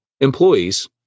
Employees